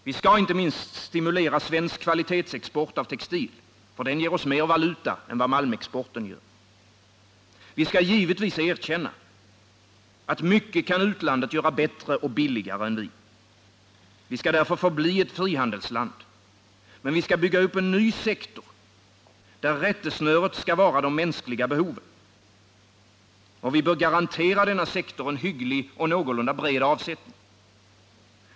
Vi skall inte minst stimulera svensk kvalitetsexport åv textil, ty den ger oss mer valuta än vad malmexporten gör. Vi skall givetvis erkänna att mycket kan utlandet göra bättre och billigare än vi. Vi skall därför förbli ett frihandelsland. Men vi skall bygga upp en ny sektor, där rättesnöret skall vara de mänskliga behoven. Vi bör garantera denna sektor en hygglig och någorlunda bred avsättning.